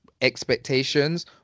expectations